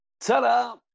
Ta-da